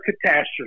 catastrophe